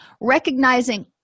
recognizing